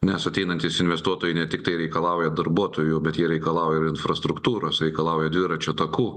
nes ateinantys investuotojai ne tiktai reikalauja darbuotojų bet jie reikalauja ir infrastruktūros reikalauja dviračių takų